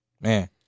man